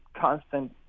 constant